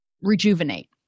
rejuvenate